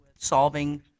solving